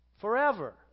Forever